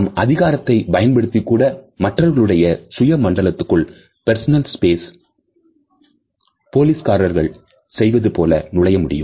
நம் அதிகாரத்தை பயன்படுத்தி கூட மற்றவர்களுடைய சுய மண்டலத்துக்குள் போலீஸ்காரர்கள் செய்வது போல நுழைய முடியும்